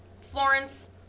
Florence